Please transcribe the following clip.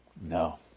No